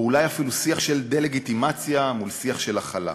או אולי אפילו שיח של דה-לגיטימציה מול שיח של הכלה.